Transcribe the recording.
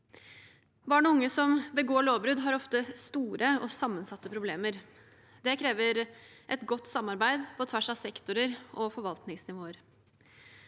Barn og unge som begår lovbrudd, har ofte store og sammensatte problemer. Det krever et godt samarbeid på tvers av sektorer og forvaltningsnivåer.